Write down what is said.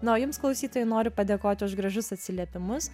na o jums klausytojai noriu padėkoti už gražius atsiliepimus